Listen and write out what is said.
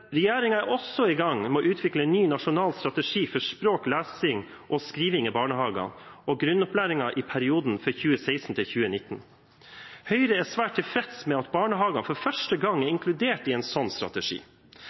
er også i gang med å utvikle en ny nasjonal strategi for språk, lesing og skriving i barnehagene og i grunnopplæringen i perioden 2016–2019. Høyre er svært tilfreds med at barnehagene for første gang er